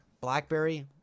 Blackberry